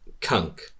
Kunk